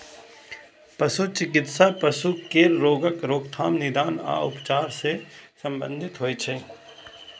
पशु चिकित्सा पशु केर रोगक रोकथाम, निदान आ उपचार सं संबंधित होइ छै